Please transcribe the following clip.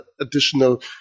additional